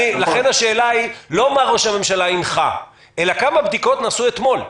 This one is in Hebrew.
לכן השאלה היא לא מה ראש הממשלה הנחה אלא כמה בדיקות נעשו אתמול.